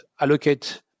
allocate